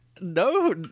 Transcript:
No